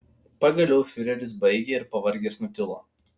pagaliau fiureris baigė ir pavargęs nutilo